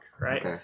right